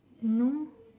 no